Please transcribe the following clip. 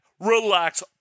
relax